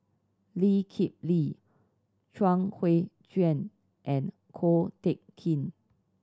Lee Kip Lee Chuang Hui Tsuan and Ko Teck Kin